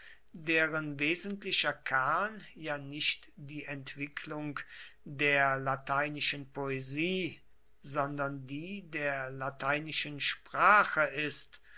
deren wesentlicher kern ja nicht die entwicklung der lateinischen poesie sondern die der lateinischen sprache ist